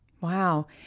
Wow